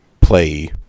play